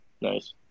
nice